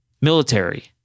military